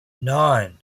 nine